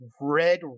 red